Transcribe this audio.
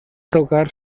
tocar